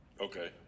Okay